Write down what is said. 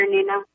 Nina